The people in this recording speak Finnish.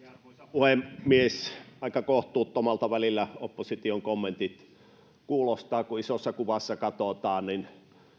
puhemies aika kohtuuttomalta välillä opposition kommentit kuulostavat kun isossa kuvassa katsotaan niin